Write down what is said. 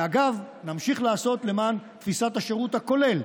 ואגב, נמשיך לעשות למען תפיסת השירות הכולל,